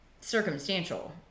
circumstantial